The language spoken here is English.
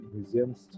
Museums